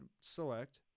Select